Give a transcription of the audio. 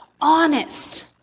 honest